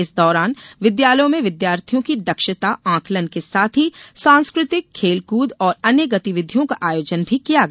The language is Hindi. इस दौरान विद्यालयों में विद्यार्थियों की दक्षता आंकलन के साथ ही सांस्कृतिक खेल कूद और अन्य गतिविधियों का आयोजन भी किया गया